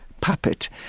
puppet